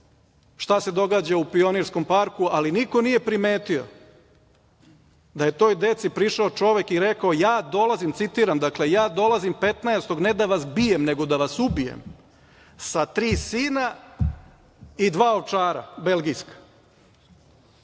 šta se događa u Pionirskom parku, ali niko nije primetio da je toj deci prišao čovek i rekao - ja dolazim 15. ne da vas bijem nego da vas ubijem sa tri sina i dva belgijska